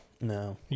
no